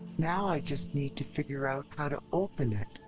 now i just need to figure out how to open it.